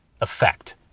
effect